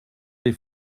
des